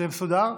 שיהיה מסודר.